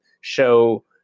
show